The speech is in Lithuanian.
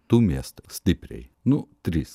du miestai stipriai nu trys